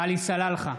עלי סלאלחה,